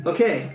Okay